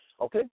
Okay